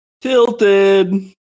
tilted